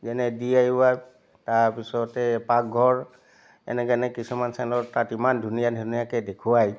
যেনে D I Y তাৰপিছতে পাকঘৰ এনেকৈ এনেকৈ কিছুমান চেনেলত তাত ইমান ধুনীয়া ধুনীয়াকৈ দেখুৱায়